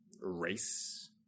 race